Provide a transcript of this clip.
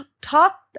talk